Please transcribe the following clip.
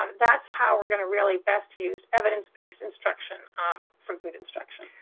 um that's how we're going to really best use evidence-based instruction um for good instruction.